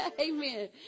Amen